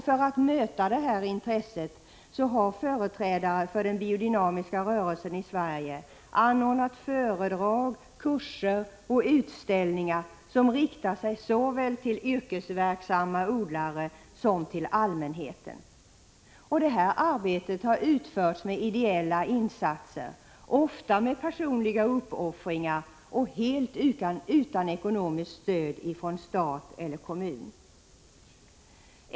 För att möta detta intresse har företrädare för den biodynamiska rörelsen i Sverige anordnat föredrag, kurser och utställningar som riktar sig såväl till yrkesverksamma odlare som till allmänheten. Detta arbete har utförts med ideella insatser, ofta med personliga uppoffringar, och helt utan ekonomiskt stöd från stat eller kommun.